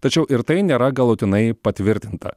tačiau ir tai nėra galutinai patvirtinta